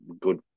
good